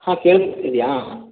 ಹಾಂ ಕೇಳಿಸ್ತಿದೆಯಾ